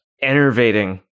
enervating